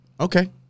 Okay